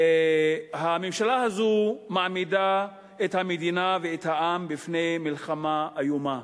הממשלה הזאת מעמידה את המדינה ואת העם בפני מלחמה איומה.